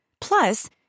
Plus